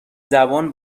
زبان